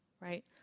right